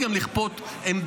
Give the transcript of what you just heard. מותר לי גם לחשוב שלכנסת יש עמדה?